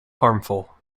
harmful